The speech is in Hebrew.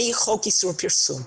מחוק איסור פרסום.